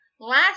Last